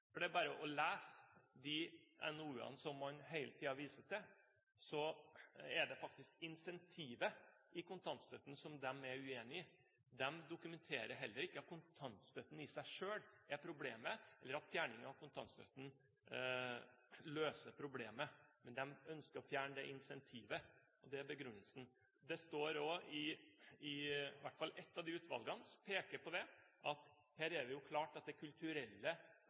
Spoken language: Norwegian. godt norsk? Jeg bare spør. Jeg venter fortsatt på et svar. Så venter jeg fortsatt på dokumentasjon for påstanden om at kontantstøtten er et integreringsproblem. Når man leser de NOU-ene som man hele tiden viser til, er det faktisk incentivet i kontantstøtten de er uenig i. De dokumenterer heller ikke at kontantstøtten i seg selv er problemet, eller at fjerning av kontantstøtten løser problemet. Men de ønsker å fjerne det incentivet, og det er begrunnelsen. I hvert fall ett av de utvalgene peker på at her er det klart